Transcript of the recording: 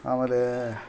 ಆಮೇಲೆ